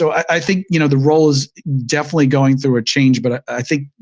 so i think you know the role is definitely going through a change, but i think,